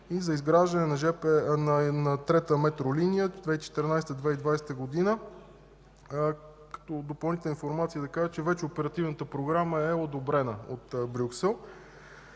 е изграждане на трета метролиния – 2014 - 2020 г. Като допълнителна информация да кажа, че вече Оперативната програма е одобрена от Брюксел,